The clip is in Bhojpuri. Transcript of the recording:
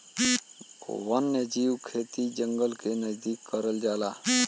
वन्यजीव खेती जंगल के नजदीक करल जाला